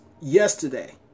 yesterday